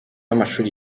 w’amashuri